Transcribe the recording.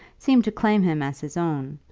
seemed to claim him as his own,